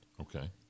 Okay